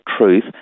truth